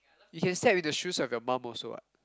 you can step in the shoes of your mom also [what]